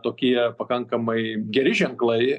tokie pakankamai geri ženklai